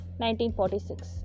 1946